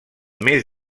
més